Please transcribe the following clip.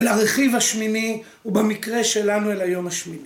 לרכיב השמיני, ובמקרה שלנו, אל היום השמיני.